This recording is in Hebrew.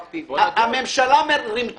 נכון להיום,